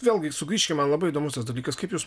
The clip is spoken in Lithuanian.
vėlgi sugrįžkim labai įdomus tas dalykas kaip jūs